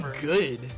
good